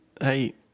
Hey